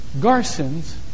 Garson's